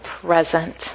present